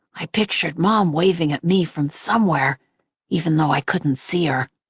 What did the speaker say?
i pictured mom waving at me from somewhere even though i couldn't see her.